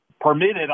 Permitted